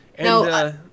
No